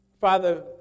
Father